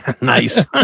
nice